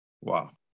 Wow